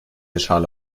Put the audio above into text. schale